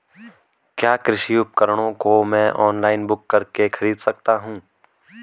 क्या कृषि उपकरणों को मैं ऑनलाइन बुक करके खरीद सकता हूँ?